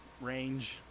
range